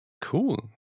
cool